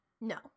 no